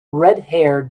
redhair